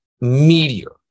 meteor